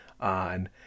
on